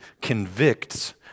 convicts